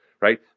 right